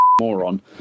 moron